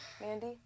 Mandy